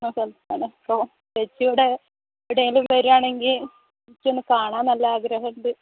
എന്ന സ്ഥലത്താണ് അപ്പോൾ ചേച്ചി ഇവിടെ എവിടേലും വരികയാണെങ്കിൽ എനിക്ക് ഒന്നു കാണാൻ നല്ല ആഗ്രഹമുണ്ട്